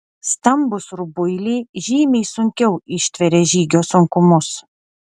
stambūs rubuiliai žymiai sunkiau ištveria žygio sunkumus